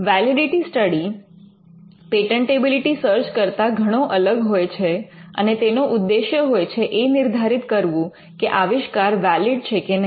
validity study patentability search કરતા ઘણો અલગ હોય છે અને તેનો ઉદ્દેશ્ય હોય છે એ નિર્ધારિત કરવું કે આવિષ્કાર વૅલિડ છે કે નહીં